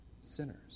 sinners